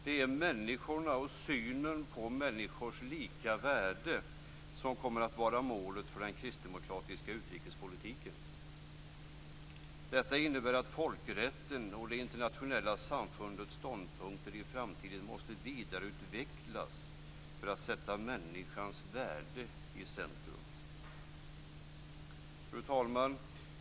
Det är människorna och synen på människors lika värde som kommer att vara målet för den kristdemokratiska utrikespolitiken. Det innebär att folkrättens och det internationella samfundets ståndpunkter i framtiden måste vidareutvecklas för att sätta människans värde i centrum. Fru talman!